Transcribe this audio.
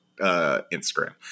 instagram